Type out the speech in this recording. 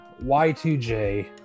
y2j